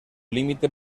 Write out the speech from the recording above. límite